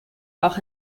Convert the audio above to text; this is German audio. auch